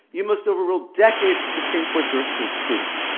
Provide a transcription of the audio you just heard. you must overrule decades of supreme court jurisprudence.